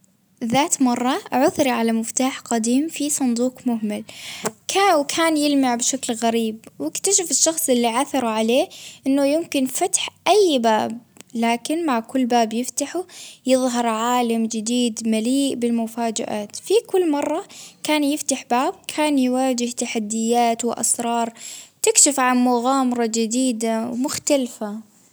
ذات مرة عثر على مفتاح قديم في صندوق مهمل، كان-وكان يلمع بشكل غريب وإكتشف الشخص اللي عثروا عليه إنه يمكن فتح أي باب، لكن مع كل باب يفتحه يظهر عالم جديد مليء بالمفاجآت. في كل مرة كان يفتح كان يواجهه تحديات، وأسرار تكشف عن مغامرة جديدة ومختلفة.